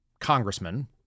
congressman